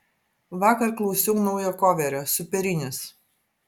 vakar klausiau naujo koverio superinis